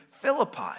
Philippi